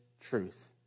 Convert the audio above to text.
truth